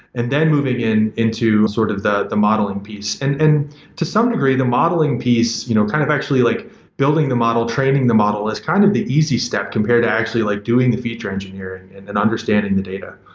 and then moving in into sort of the the modeling piece. and and to some degree, the modeling piece you know kind of actually like building the model, training the model is kind of the easy step compared to actually like doing a feature engineer and and and understanding the data.